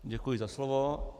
Děkuji za slovo.